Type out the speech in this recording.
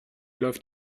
läuft